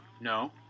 No